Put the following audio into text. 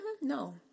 no